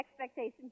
expectations